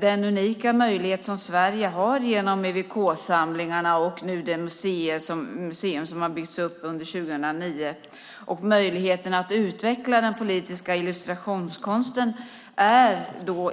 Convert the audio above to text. Den unika möjlighet som Sverige har genom EWK-samlingarna och nu det museum som har byggts upp under 2009 och möjligheterna att utveckla den politiska illustrationskonsten är